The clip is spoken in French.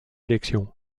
élection